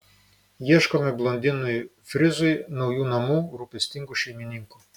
ieškome blondinui frizui naujų namų rūpestingų šeimininkų